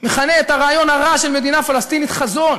מכנה את הרעיון הרע של מדינה פלסטינית חזון,